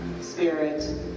spirit